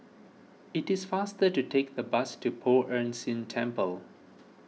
it is faster to take the bus to Poh Ern Shih Temple